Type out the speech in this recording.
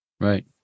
Right